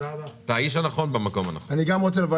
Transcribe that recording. אתה האיש הנכון במקום הנכון.